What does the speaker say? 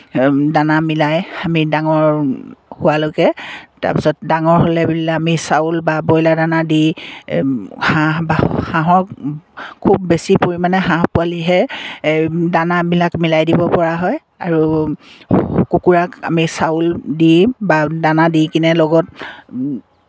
দানা মিলাই আমি ডাঙৰ হোৱালৈকে তাৰপাছত ডাঙৰ হ'লে বুলিলে আমি চাউল বা ব্ৰইলাৰ দানা দি হাঁহ বা হাঁহক খুব বেছি পৰিমাণে হাঁহ পোৱালিহে দানাবিলাক মিলাই দিব পৰা হয় আৰু কুকুৰাক আমি চাউল দি বা দানা দি কিনে লগত